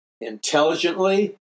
intelligently